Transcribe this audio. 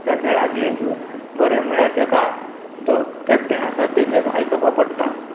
त्या खेळाक एक बरें म्हळ्यार तेका जो केप्टन आसा तेचेच आयकपाक पडटा